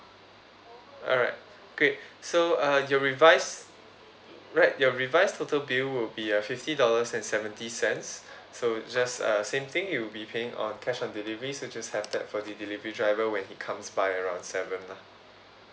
alright great so uh your revised right your revised total bill will be uh fifty dollars and seventy cents so just uh same thing you'll be paying on cash on delivery so just have that for the delivery driver when he comes by around seven lah